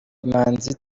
manzi